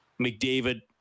mcdavid